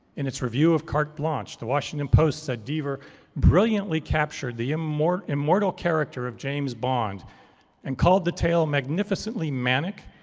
in its review of carte blanche, the washington post said deaver brilliantly captured the immortal immortal character of james bond and called the tail magnificently manic,